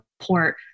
support